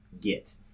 get